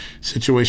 situation